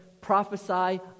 prophesy